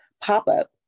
pop-up